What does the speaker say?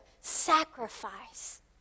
sacrifice